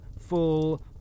full